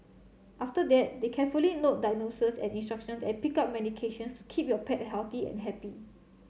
after that they carefully note diagnoses and instruction and pick up medications to keep your pet healthy and happy